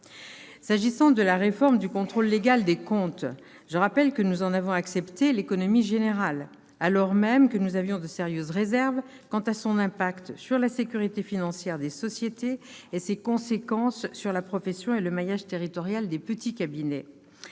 S'agissant de la réforme du contrôle légal des comptes, je rappelle que nous en avons accepté l'économie générale, alors même que nous avions de sérieuses réserves quant à son incidence sur la sécurité financière des sociétés, sur la profession et sur le maillage territorial des petits cabinets.